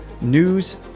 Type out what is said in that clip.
news